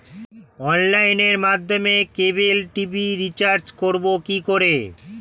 অনলাইনের মাধ্যমে cable TV recharge করব কি করে?